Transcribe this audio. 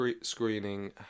screening